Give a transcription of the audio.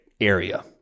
area